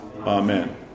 Amen